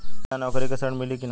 बिना नौकरी के ऋण मिली कि ना?